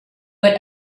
but